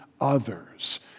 others